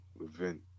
event